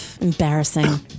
Embarrassing